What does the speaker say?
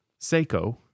Seiko